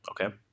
Okay